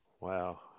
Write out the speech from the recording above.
Wow